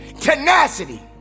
tenacity